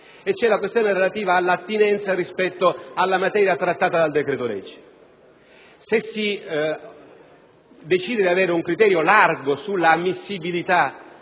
vi è la questione relativa all'attinenza dell'emendamento rispetto alla materia trattata dal decreto-legge. Se si decide di avere un criterio largo sull'ammissibilità